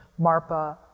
Marpa